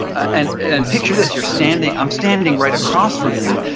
and and picture this, you're standing, i'm standing right across from him,